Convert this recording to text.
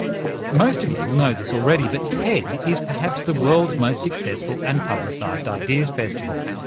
most of you will know this already, but ted is perhaps the world's most successful and publicised ideas festival.